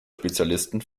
spezialisten